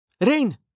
Rain